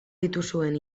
dituzuen